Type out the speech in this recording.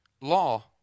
law